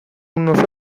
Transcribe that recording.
unos